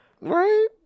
Right